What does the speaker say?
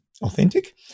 authentic